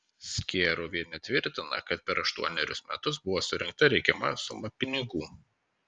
skėruvienė tvirtina kad per aštuonerius metus buvo surinkta reikiama suma pinigų